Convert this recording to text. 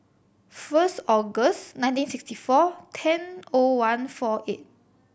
first August ninnteen sixty four ten O one four eight